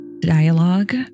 dialogue